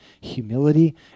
Humility